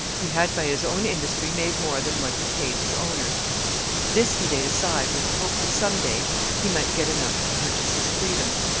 he had, by his own industry, made more than what he paid his owner this he laid aside, with the hope that some day he might get enough to purchase his freedom.